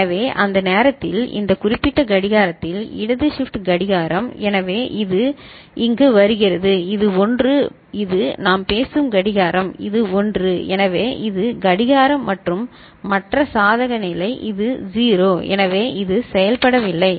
எனவே அந்த நேரத்தில் இந்த குறிப்பிட்ட கடிகாரத்தில் இடது ஷிப்ட் கடிகாரம் எனவே இது இங்கு வருகிறது இது 1 மற்றும் இது நாம் பேசும் கடிகாரம் இது 1 எனவே இது கடிகாரம் மற்றும் மற்ற சாதக நிலை இது 0 எனவே இது செயல்படவில்லை